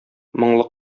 моңлы